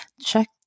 check